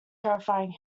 terrifying